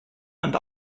and